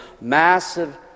massive